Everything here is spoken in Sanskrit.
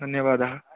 धन्यवादः